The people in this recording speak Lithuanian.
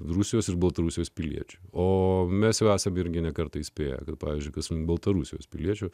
rusijos ir baltarusijos piliečių o mes vasarą irgi ne kartą įspėję kad pavyzdžiui kasmet baltarusijos piliečių